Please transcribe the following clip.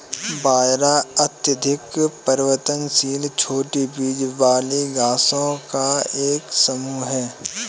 बाजरा अत्यधिक परिवर्तनशील छोटी बीज वाली घासों का एक समूह है